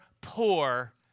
poor